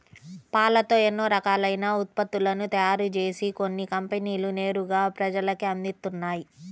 పాలతో ఎన్నో రకాలైన ఉత్పత్తులను తయారుజేసి కొన్ని కంపెనీలు నేరుగా ప్రజలకే అందిత్తన్నయ్